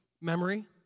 memory